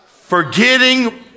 Forgetting